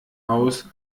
aus